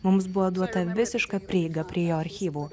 mums buvo duota visiška prieiga prie jo archyvų